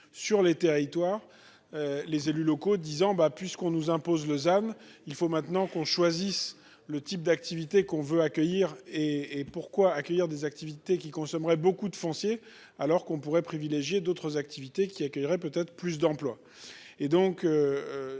sur les territoires. Les élus locaux disant bah puisqu'on nous impose Lausanne. Il faut maintenant qu'on choisisse le type d'activité qu'on veut accueillir et et pourquoi accueillir des activités qui consommerait beaucoup de foncier, alors qu'on pourrait privilégier d'autres activités qui accueillerait peut-être plus d'emplois